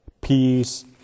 peace